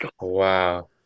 Wow